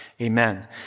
Amen